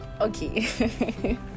okay